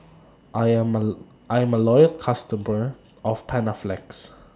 I'm A Loyal customer of Panaflex